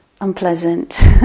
unpleasant